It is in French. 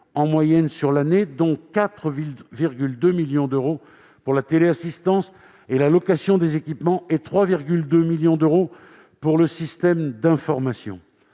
en moyenne, sur l'année : 4,2 millions d'euros pour la téléassistance et la location des équipements et 3,2 millions d'euros pour le système d'information.